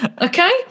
okay